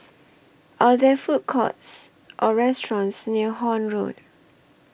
Are There Food Courts Or restaurants near Horne Road